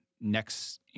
next